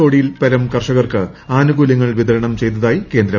കോടിയിൽപരം കർഷകർക്ക് ആനുകൂല്യങ്ങൾ വിതരണം ചെയ്തതായി കേന്ദ്രം